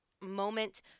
moment